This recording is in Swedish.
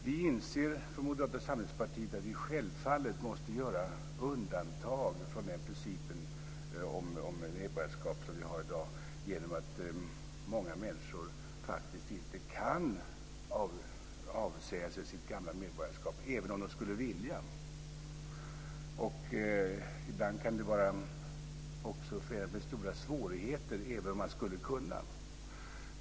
Vi inser från Moderata samlingspartiet att vi självfallet måste göra undantag från den princip om medborgarskap som vi har i dag genom att många människor faktiskt inte kan avsäga sig sitt gamla medborgarskap även om de skulle vilja. Och ibland kan det också vara förenat med stora svårigheter även om man skulle kunna göra det.